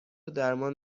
درمان